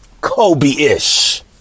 Kobe-ish